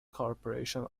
corporation